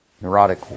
neurotic